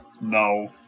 No